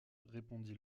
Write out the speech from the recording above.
répondit